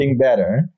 better